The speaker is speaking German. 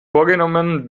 vorgenommen